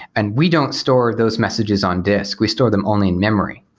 and we don't store those messages on disk. we store them only in memory,